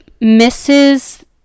misses